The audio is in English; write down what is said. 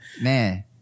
man